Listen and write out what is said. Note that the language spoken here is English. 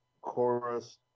Chorus